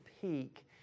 peak